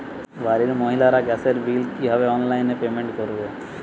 বাড়ির মহিলারা গ্যাসের বিল কি ভাবে অনলাইন পেমেন্ট করবে?